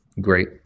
great